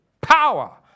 power